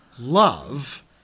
love